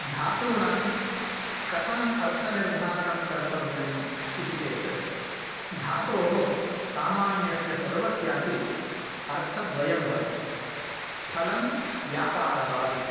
धातूनां कथम् अर्थनिर्धारणं कर्तव्यम् इति चेत् धातोः सामान्यस्य सर्वस्यापि अर्थद्वयं भवति फलं व्यापारः इति